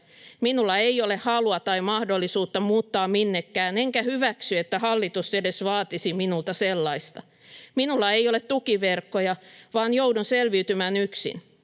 Minulla ei ole halua tai mahdollisuutta muuttaa minnekään enkä hyväksy, että hallitus edes vaatisi minulta sellaista. Minulla ei ole tukiverkkoja, vaan joudun selviytymään yksin.